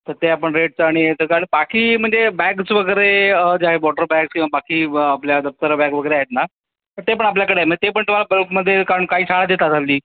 तर ते आपण रेटचं आणि ह्याचं कारण बाकी म्हणजे बॅग्स वगैरे ज्या आहे वॉटर बॅग्स किंवा बाकी व आपल्या दप्तरं बॅग वगैरे आहेत ना तर ते पण आपल्याकडे मग ते पण तुम्हाला बल्कमध्ये कारण काही शाळा देतात हल्ली